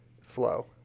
Flow